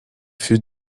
few